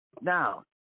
Now